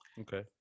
Okay